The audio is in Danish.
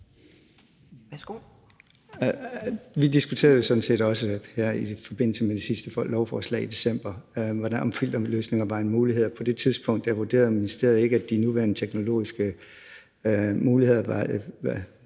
Vi diskuterede sådan set også her i forbindelse med det sidste lovforslag i december, om filterløsninger var en mulighed. På det tidspunkt vurderede ministeriet ikke, at de nuværende teknologiske muligheder